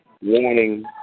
warning